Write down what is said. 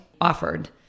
offered